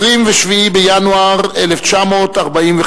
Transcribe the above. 27 בינואר 1945,